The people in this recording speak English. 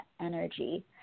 energy